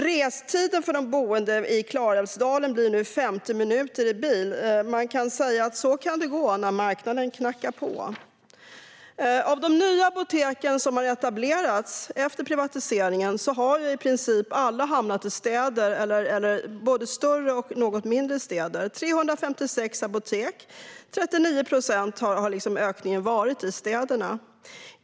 Restiden för de boende i Klarälvsdalen blir nu 50 minuter i bil. Man kan säga att så kan det gå när marknaden knackar på. Av de nya apotek som etablerats efter privatiseringen har i princip alla hamnat i städer, både större och något mindre städer. Ökningen i städerna har varit 356 apotek eller 39 procent.